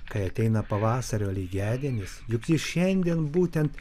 kai ateina pavasario lygiadienis juk jis šiandien būtent